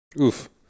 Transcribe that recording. Oof